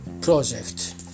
project